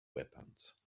weapons